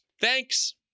Thanks